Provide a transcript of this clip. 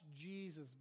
Jesus